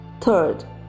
Third